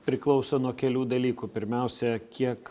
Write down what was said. priklauso nuo kelių dalykų pirmiausia kiek